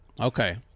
Okay